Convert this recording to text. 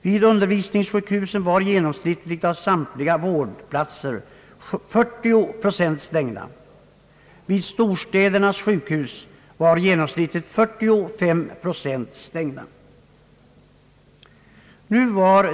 Vid undervisningssjukhusen var av samtliga vårdplatser genomsnittligt 40 procent stängda. Vid storstädernas sjukhus var genomsnittligt 45 procent stängda.